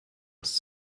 was